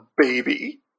baby